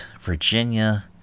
Virginia